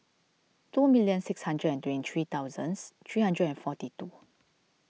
two million six hundred and twenty three thousands three hundred and forty two